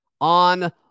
on